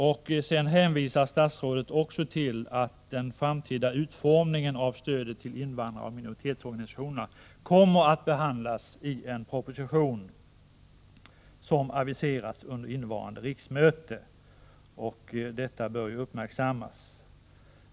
Statsrådet hänvisar också till att den framtida utformningen av stödet till invandraroch minoritetsorganisationerna kommer att behandlas i en proposition som aviserats till innevarande riksmöte. Detta bör uppmärksammas.